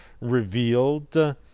revealed